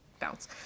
bounce